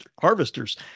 harvesters